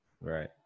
Right